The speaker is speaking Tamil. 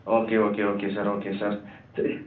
okay okay okay sir okay sir சரி